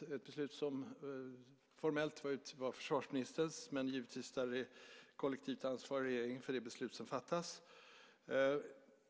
Det var ett beslut som formellt var försvarsministerns, men givetvis tar vi kollektivt ansvar i regeringen för de beslut som fattas.